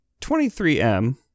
23M